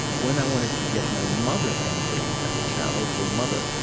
when i wanted to get my mother angry as a child, i would say, mother,